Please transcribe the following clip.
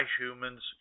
Humans